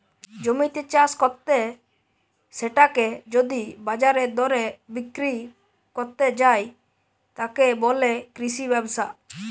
জমিতে চাষ কত্তে সেটাকে যদি বাজারের দরে বিক্রি কত্তে যায়, তাকে বলে কৃষি ব্যবসা